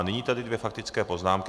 Nyní tady mám dvě faktické poznámky.